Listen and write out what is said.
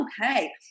okay